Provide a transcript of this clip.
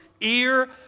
ear